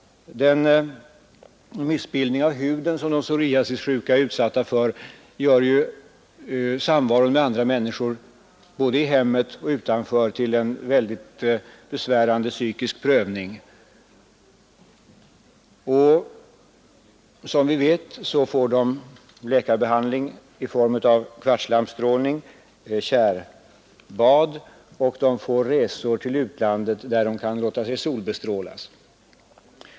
Den missbildning av huden som de psoriasissjuka är utsatta för gör samvaron med andra människor — både i hemmet och utanför — till en väldigt besvärande psykisk prövning. Som vi vet får de läkarbehandling i form av kvartslampsstrålning och tjärbad, och de får resor till utlandet där de kan låta sig solbestrålas.